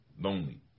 lonely